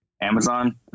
Amazon